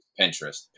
Pinterest